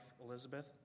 Elizabeth